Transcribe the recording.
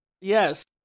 Yes